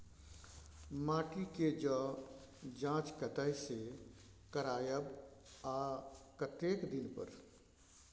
माटी के ज जॉंच कतय से करायब आ कतेक दिन पर?